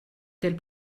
tels